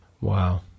Wow